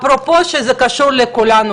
אפרופו שזה קשור לכולנו,